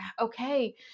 okay